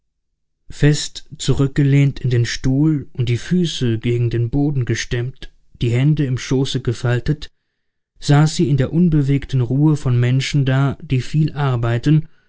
fest zurückgelehnt in den stuhl und die füße gegen den boden gestemmt die hände im schoße gefaltet saß sie in der unbewegten ruhe von menschen da die viel arbeiten